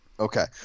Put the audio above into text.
Okay